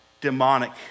demonic